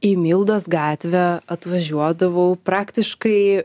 į mildos gatvę atvažiuodavau praktiškai